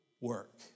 work